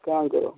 କାମ୍ କର